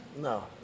No